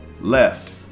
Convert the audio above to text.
Left